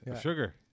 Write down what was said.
Sugar